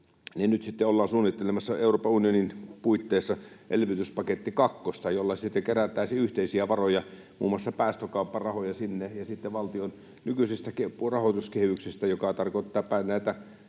ollaan suunnittelemassa Euroopan unionin puitteissa elvytyspaketti kakkosta, jolle sitten kerättäisiin yhteisiä varoja, muun muassa päästökaupparahoja ja sitten valtion nykyisistä rahoituskehyksistä, joka tarkoittaa näitä